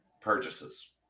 Purchases